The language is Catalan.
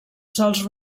sols